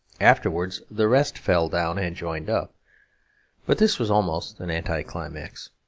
afterwards the rest fell down and joined up but this was almost an anti-climax.